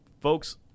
Folks